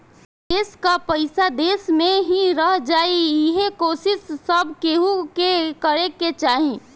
देस कअ पईसा देस में ही रह जाए इहे कोशिश सब केहू के करे के चाही